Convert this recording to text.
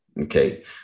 okay